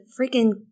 freaking